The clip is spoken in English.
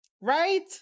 Right